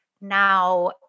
now